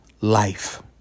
life